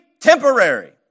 temporary